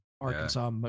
Arkansas